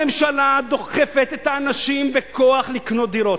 הממשלה דוחפת את האנשים בכוח לקנות דירות.